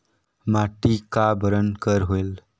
माटी का बरन कर होयल?